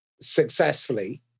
successfully